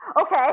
Okay